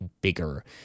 bigger